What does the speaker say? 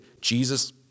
Jesus